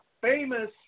famous